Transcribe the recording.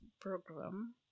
program